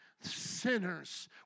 sinners